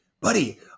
buddy